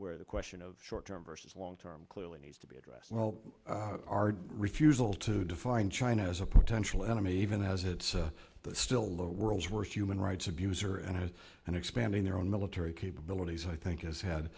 where the question of short term versus long term clearly needs to be addressed well our refusal to define china as a potential enemy even as it's still lower worlds where human rights abuser and has an expanding their own military capabilities i think has had